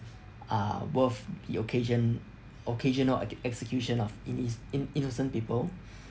uh worth the occasion occasional ex~ execution of inni~ in~ innocent people